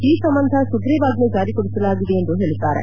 ಈ ಸಂಬಂಧ ಸುಗ್ರೀವಾಜ್ಞೆ ಜಾರಿಗೊಳಿಸಲಾಗಿದೆ ಎಂದು ಹೇಳಿದ್ದಾರೆ